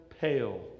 pale